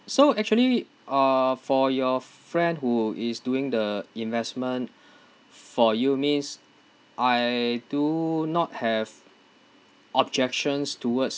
so actually uh for your friend who is doing the investment for you means I do not have objections towards